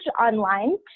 online